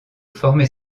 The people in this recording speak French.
former